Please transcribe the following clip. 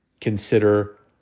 consider